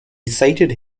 cited